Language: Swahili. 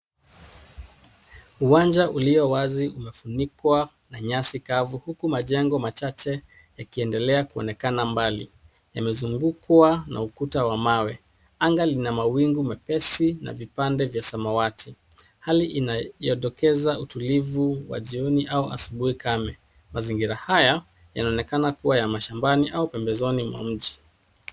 Uwanja uliowazi umefunikwa na nyasi kavu, huku majengo machache yakiendelea kuonekana mbali. Yamezungukwa na ukuta wa mawe. Anga lina mawingu mepesi na vipande vya samawati. Hali inayodokeza utulivu wa jioni au asubuhi kame. Mazingira haya , yanaonekana kuwa ya mashambani au pembezoni mwa mji.